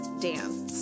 Dance